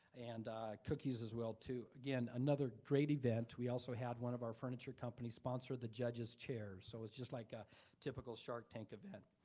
and cookies as well too. again, another great event. we also had one of our furniture companies sponsor the judges' chairs. so it was just like a typical shark tank event.